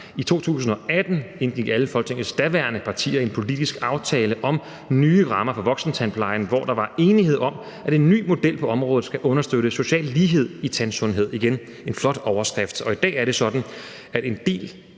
I 2018 indgik alle Folketingets daværende partier en politisk aftale om nye rammer for voksentandplejen, hvor der var enighed om, at en ny model på området skal understøtte social lighed i tandsundhed. Igen er det en flot overskrift. I dag er det sådan, at den del